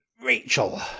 Rachel